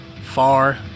Far